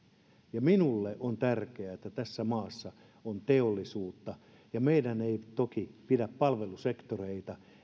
ja minulle on tärkeää että tässä maassa on teollisuutta meidän ei toki pidä väheksyä palvelusektoreita